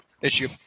issue